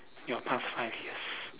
your past five years